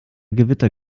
gewitter